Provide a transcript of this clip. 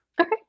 Okay